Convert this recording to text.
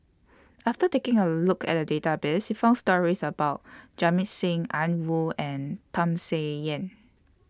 after taking A Look At The Database We found stories about Jamit Singh An Woo and Tham Sien Yen